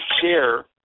share